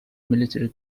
military